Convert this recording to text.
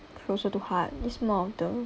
closer to heart it's more of the